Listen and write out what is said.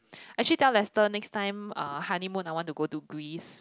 actually tell Lester next time uh honeymoon I want to go to Greece